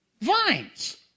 Vines